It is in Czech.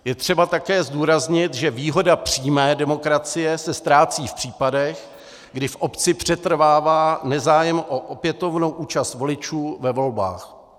Je třeba také zdůraznit, že výhoda přímé demokracie se ztrácí v případech, kdy v obci přetrvává nezájem o opětovnou účast voličů ve volbách.